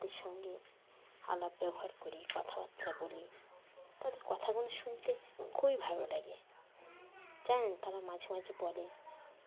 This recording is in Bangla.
তাদের সঙ্গে আলাপ ব্যবহার করি কথাবার্তা বলি তাদের কথাগুলো শুনতে খুবই ভালো লাগে জানেন তারা মাঝে মাঝে বলে